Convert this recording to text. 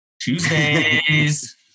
Tuesdays